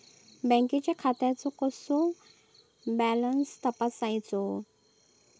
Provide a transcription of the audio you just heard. बँकेच्या खात्याचो कसो बॅलन्स तपासायचो?